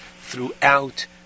throughout